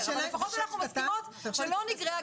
לפחות אנחנו מסכימות, שלא נגרעה.